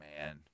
man